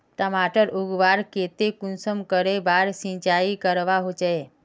टमाटर उगवार केते कुंसम करे बार सिंचाई करवा होचए?